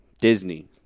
Disney